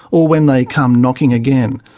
or when they come knocking again.